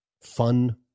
fun